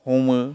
हमो